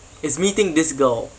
is meeting this girl